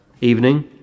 evening